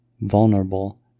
vulnerable